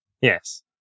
yes